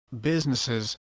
businesses